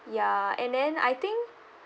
ya and then I think